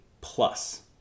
plus